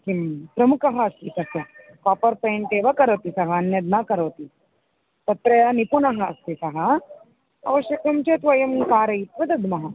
किं प्रमुखः अस्ति तत्र कापर् पेण्ट् एव करोति सः अन्यद् न करोति तत्र निपुणः अस्ति सः आवश्यकं चेत् वयं कारयित्वा दद्मः